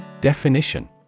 Definition